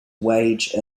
wage